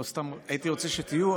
--- אני לא סתם הייתי רוצה שתהיו.